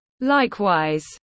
Likewise